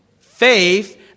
faith